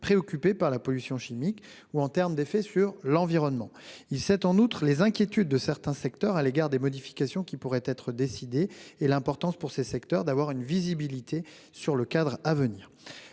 préoccupés par la pollution chimique, et pour la protection de l'environnement. Il connaît également les inquiétudes de certains secteurs à l'égard des modifications qui pourraient être décidées et l'importance pour ces derniers d'avoir une visibilité sur le cadre à venir.